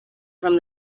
from